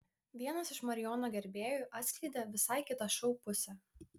vienas iš marijono gerbėjų atskleidė visai kitą šou pusę